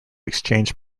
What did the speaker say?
exchange